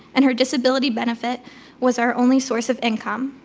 and her disability benefit was our only source of income.